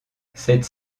cette